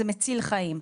זה מציל חיים.